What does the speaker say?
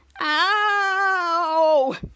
Ow